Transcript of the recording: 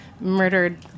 murdered